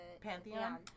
Pantheon